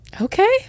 Okay